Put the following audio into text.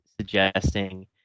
suggesting